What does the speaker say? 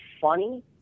funny